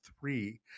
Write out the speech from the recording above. three